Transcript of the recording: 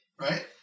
right